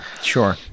Sure